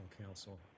Council